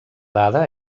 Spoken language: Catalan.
dada